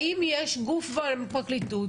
האם יש גוף בפרקליטות,